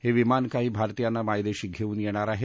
हे विमान काही भारतीयांना मायदेशी घेऊन येणार आहे